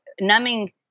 numbing